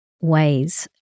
ways